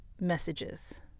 messages